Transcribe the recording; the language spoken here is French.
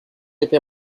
été